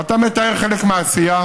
אתה מתאר חלק מהעשייה.